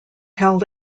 held